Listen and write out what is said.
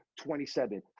27